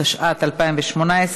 התשע"ט 2018,